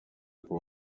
kuba